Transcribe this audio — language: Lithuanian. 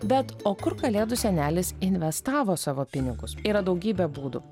bet o kur kalėdų senelis investavo savo pinigus yra daugybė būdų